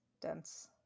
dense